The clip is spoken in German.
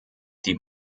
die